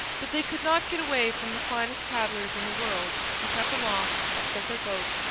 but they could not get away from the finest paddlers in the world, who cut them off, upset their boats,